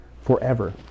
forever